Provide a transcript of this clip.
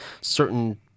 certain